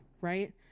right